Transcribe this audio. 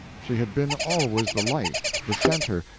she had been always the life, the center,